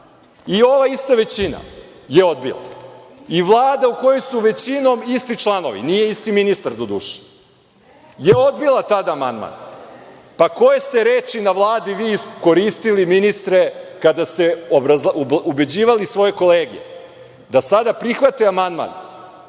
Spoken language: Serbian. i ova ista većina je odbila i Vlada u kojoj su većinom isti članovi, nije isti ministar, doduše, je odbila taj amandman. Pa, koje ste reči na Vladi vi koristili, ministre, kada ste ubeđivali svoje kolege da sada prihvate amandmane